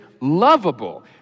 lovable